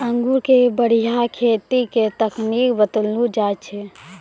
अंगूर के बढ़िया खेती के तकनीक बतइलो जाय छै